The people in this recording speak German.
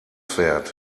fährt